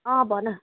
अँ भन